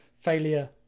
failure